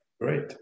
Great